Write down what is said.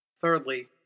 Thirdly